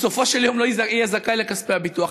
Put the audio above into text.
בסופו של יום לא יהיה זכאי לכספי הביטוח.